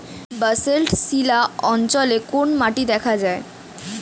Basalt শিলা অঞ্চলে কোন মাটি দেখা যায়?